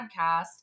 podcast